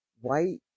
white